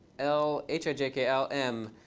l, h, i, j, k, l, m.